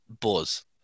buzz